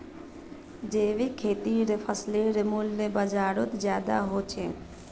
जैविक खेतीर फसलेर मूल्य बजारोत ज्यादा होचे